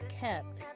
kept